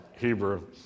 Hebrew